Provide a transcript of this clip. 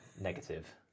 negative